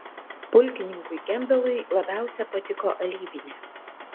pulkininkui kempbelui labiausiai patiko alyvinė